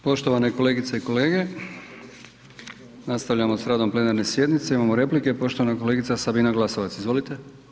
Poštovane kolegice i kolege, nastavljamo s radom plenarne sjednice, imamo replike, poštovana kolegica Sabina Glasovac, izvolite.